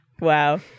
Wow